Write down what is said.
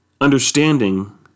Understanding